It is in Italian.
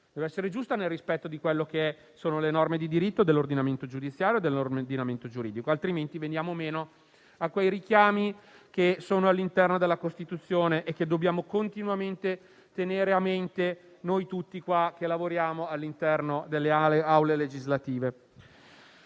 deve essere giusta, nel rispetto delle norme di diritto dell'ordinamento giudiziario e dell'ordinamento giuridico, altrimenti veniamo meno a quei richiami che sono all'interno della Costituzione e che dobbiamo continuamente tenere a mente, tutti noi che lavoriamo all'interno delle Aule legislative.